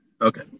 Okay